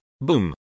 boom